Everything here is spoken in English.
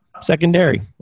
secondary